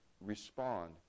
respond